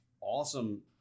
awesome